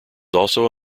also